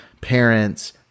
parents